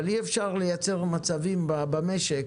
אבל אי אפשר לייצר מצבים במשק